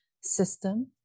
system